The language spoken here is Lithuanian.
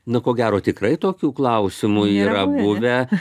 na ko gero tikrai tokių klausimų yra buvę